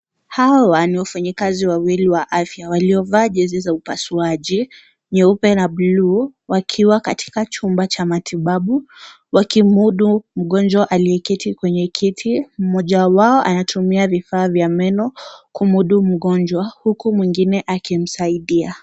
Hawa, ni wafanyikazi wawili wa afya, waliovaa jezi za upasuaji, nyeupe na buluu wakiwa katika chumba cha matibabu. Wakimudu mgonjwa aliyeketi kwenye kiti. Mmoja wao anatumia vifaa vya meno kumudu mgonjwa, huku mwingine akimsaidia.